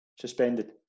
suspended